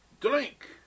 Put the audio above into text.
drink